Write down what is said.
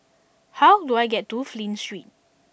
how do I get to Flint Street